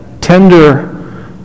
tender